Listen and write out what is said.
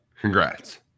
Congrats